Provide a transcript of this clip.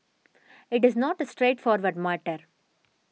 it is not the straightforward matter